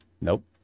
Nope